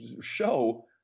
show